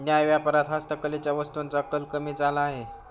न्याय्य व्यापारात हस्तकलेच्या वस्तूंचा कल कमी झाला आहे